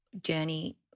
journey